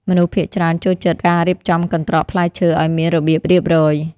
មនុស្សភាគច្រើនចូលចិត្តការរៀបចំកន្ត្រកផ្លែឈើឱ្យមានរបៀបរៀបរយ។